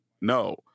No